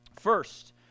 First